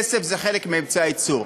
כסף זה חלק מאמצעי הייצור,